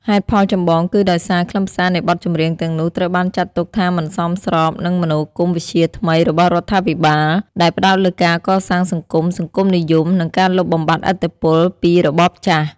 ហេតុផលចម្បងគឺដោយសារខ្លឹមសារនៃបទចម្រៀងទាំងនោះត្រូវបានចាត់ទុកថាមិនសមស្របនឹងមនោគមវិជ្ជាថ្មីរបស់រដ្ឋាភិបាល ដែលផ្តោតលើការកសាងសង្គម សង្គមនិយម និងការលុបបំបាត់ឥទ្ធិពលពីរបបចាស់។